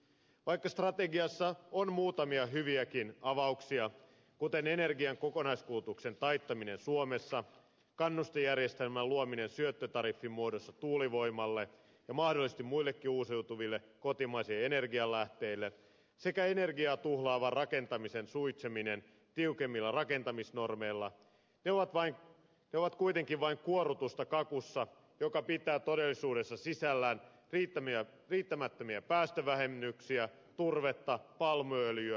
vaikka strategiassa on muutamia hyviäkin avauksia kuten energian kokonaiskulutuksen taittaminen suomessa kannustejärjestelmän luominen syöttötariffin muodossa tuulivoimalle ja mahdollisesti muillekin uusiutuville kotimaisille energialähteille sekä energiaa tuhlaavan rakentamisen suitseminen tiukemmilla rakentamisnormeilla ne ovat kuitenkin vain kuorrutusta kakussa joka pitää todellisuudessa sisällään riittämättömiä päästövähennyksiä turvetta palmuöljyä ja ydinvoimaa